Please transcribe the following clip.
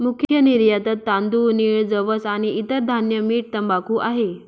मुख्य निर्यातत तांदूळ, नीळ, जवस आणि इतर धान्य, मीठ, तंबाखू आहे